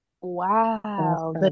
Wow